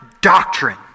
doctrine